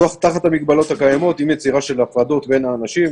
תחת המגבלות הקיימות עם יצירה של הפרדות בין האנשים,